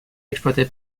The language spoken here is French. exploité